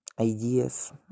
Ideas